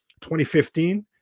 2015